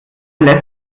lässt